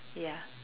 ya